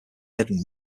irving